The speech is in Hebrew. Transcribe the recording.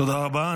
תודה רבה.